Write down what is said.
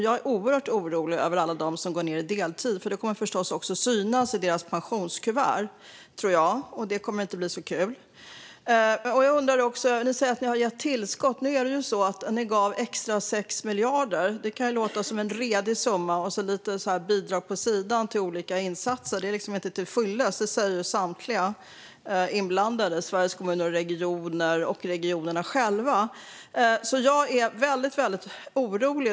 Jag är oerhört orolig över alla som går ned i deltid, för det kommer förstås att synas i deras pensionskuvert, och det kommer inte att bli kul. Ni säger att ni har gett tillskott. Ni gav 6 miljarder extra - det kan låta som en redig summa - och lite bidrag på sidan till olika insatser. Det är inte till fyllest. Det säger samtliga inblandade - Sveriges Kommuner och Regioner och regionerna själva. Jag är alltså väldigt orolig.